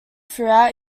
throughout